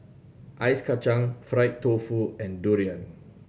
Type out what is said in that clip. Ice Kachang fried tofu and durian